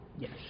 yes